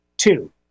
two